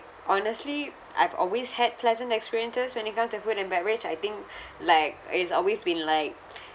honestly I've always had pleasant experiences when it comes to food and beverage I think like it's always been like